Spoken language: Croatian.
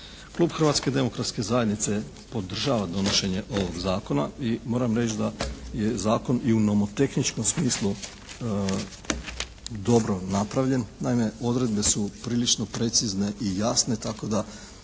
Klub Hrvatske demokratske zajednice podržava donošenje ovog zakona i moram reći da je zakon i u nomotehničkom smislu dobro napravljen. Naime odredbe su prilično precizne i jasne tako da